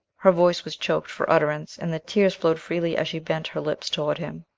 her voice was choked for utterance, and the tears flowed freely, as she bent her lips toward him.